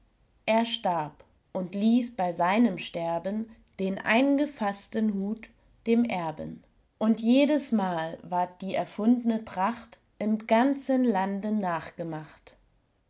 er starb und ließ bei seinem sterben den eingefaßten hut dem erben und jedesmal ward die erfundne tracht im ganzen lande nachgemacht